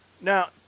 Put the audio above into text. Now